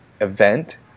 event